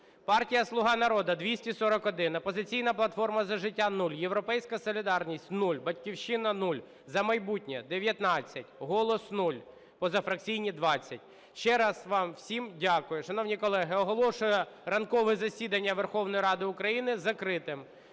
Партія "Слуга народу" – 241, "Опозиційна платформа - За життя" – 0, "Європейська солідарність" – 0, "Батьківщина" – 0, "За майбутнє" – 19, "Голос" – 0, позафракційні – 20. Ще раз вам всім дякую. Шановні колеги, оголошую ранкове засідання Верховної Ради України закритим.